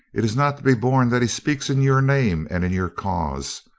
it is not to be borne that he speaks in your name and in your cause.